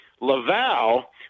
Laval